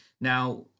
now